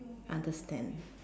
understand